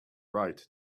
right